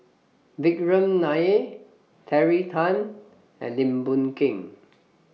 Vikram Nair Terry Tan and Lim Boon Keng